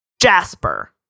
Jasper